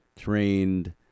trained